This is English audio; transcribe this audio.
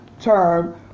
term